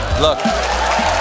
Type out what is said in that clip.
Look